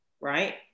right